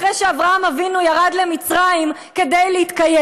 אחרי שאברהם אבינו ירד למצרים כדי להתקיים.